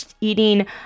eating